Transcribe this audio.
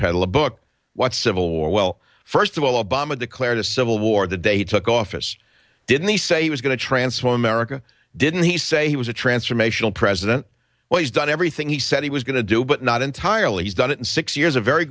peddle a book what's civil war well first of all obama declared a civil war the day took office didn't he say he was going to transform america didn't he say he was a transformational president well he's done everything he said he was going to do but not entirely he's done it in six years a very